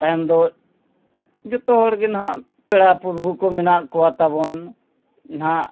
ᱛᱟᱭᱚᱢ ᱫᱚ ᱡᱚᱛᱚ ᱦᱚᱲ ᱜᱮ ᱱᱟᱦᱟᱸᱜ ᱯᱮᱲᱟ ᱯᱟᱹᱨᱵᱷᱩ ᱠᱚ ᱢᱮᱱᱟᱜ ᱠᱚᱣᱟ ᱛᱟᱵᱚᱱ ᱱᱟᱦᱟᱸᱜ